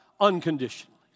unconditionally